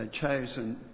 chosen